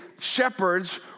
shepherds